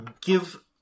give